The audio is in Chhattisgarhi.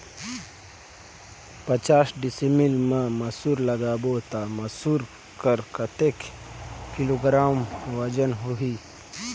पचास डिसमिल मा मसुर लगाबो ता मसुर कर कतेक किलोग्राम वजन होही?